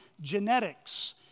genetics